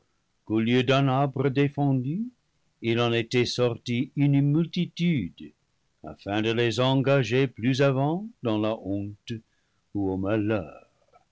qu'au lieu d'un arbre défendu il en était sorti une multitude afin de les engager plus avant dans la honte ou au malheur